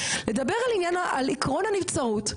לדבר על עניין עקרון הנבצרות,